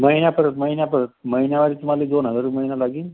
महिना परत महिना परत महिनावर तुम्हाला दोन हजार रुपये महिना लागेल